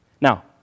Now